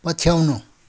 पछ्याउनु